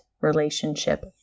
relationship